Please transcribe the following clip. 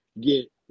get